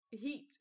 Heat